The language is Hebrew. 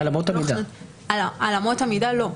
על אמות המידה לא.